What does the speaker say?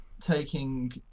Taking